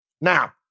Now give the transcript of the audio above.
Now